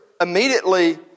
immediately